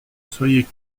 soyez